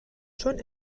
چون